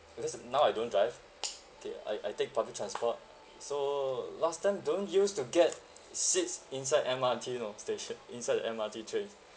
because now I don't drive K I I take public transport so last time don't use to get seats inside M_R_T you know station inside the M_R_T trains